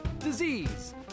disease